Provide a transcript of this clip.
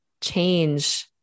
change